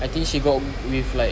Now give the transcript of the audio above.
I think she got with like